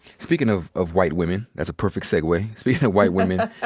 speaking of of white women, that's a perfect segue. speaking of white women,